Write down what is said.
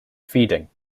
feeding